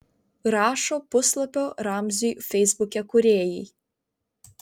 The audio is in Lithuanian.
rašo puslapio ramziui feisbuke kūrėjai